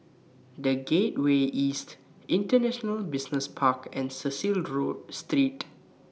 The Gateway East International Business Park and Cecil draw Street